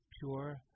pure